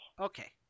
Okay